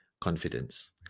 confidence